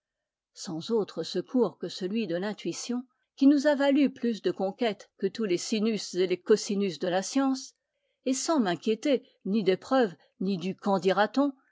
sans autre secours que celui de l'intuition qui nous a valu plus de conquêtes que tous les sinus et les cosinus de la science et sans m'inquiéter ni des preuves ni du